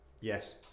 Yes